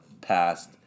past